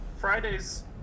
Friday's